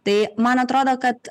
tai man atrodo kad